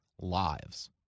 lives